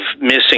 missing